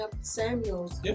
Samuels